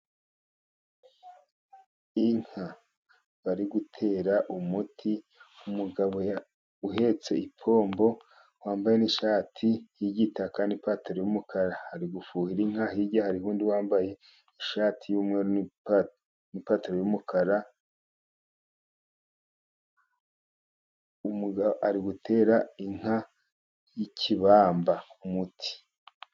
Inka bari gutera umuti, umugabo uhetse ipombo, wambaye ishati y'igitaka n'ipantaro y'umukara. Ari gufuhira inka, hirya hari undi wambaye ishati y'umweru n'ipantaro y'umukara, ari gutera inka y'ikibamba umuti.